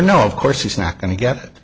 no of course he's not going to get it